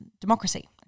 democracy